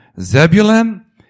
Zebulun